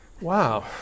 Wow